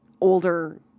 older